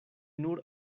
nur